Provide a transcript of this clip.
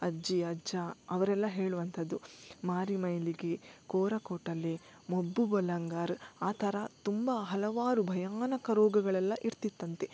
ಅಜ್ಜಿ ಅಜ್ಜ ಅವರೆಲ್ಲ ಹೇಳುವಂತದ್ದು ಮಾರಿ ಮೈಲಿಗೆ ಕೋರಕೋಟಲ್ಲೇ ಮೊಬ್ಬು ಬಲಂಗಾರ್ ಆ ಥರ ತುಂಬ ಹಲವಾರು ಭಯಾನಕ ರೋಗಗಳೆಲ್ಲ ಇರ್ತಿತ್ತಂತೆ